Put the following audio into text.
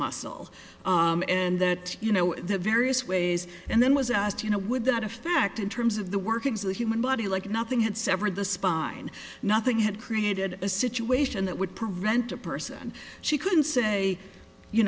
muscle and that you know the various ways and then was asked you know would that affect in terms of the workings of the human body like nothing had severed the spine nothing had created a situation that would prevent a person she couldn't say you